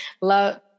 love